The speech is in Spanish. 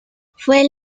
fue